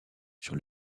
sur